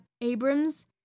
Abrams